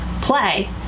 play